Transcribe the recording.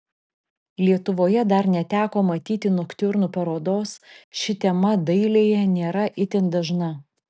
lietuvoje dar neteko matyti noktiurnų parodos ši tema dailėje nėra itin dažna